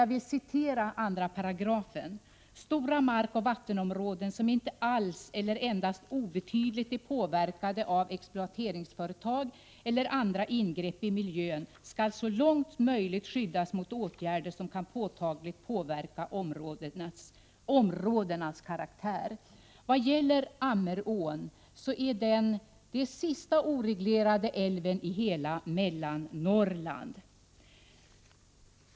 Jag vill citera 2 §: ”Stora markoch vattenområden som inte alls eller endast obetydligt är påverkade av exploateringsföretag eller andra ingrepp i miljön skall så långt möjligt skyddas mot åtgärder som kan påtagligt påverka områdenas karaktär.” Ammerån är den sista oreglerade älven i hela Mellannorrland.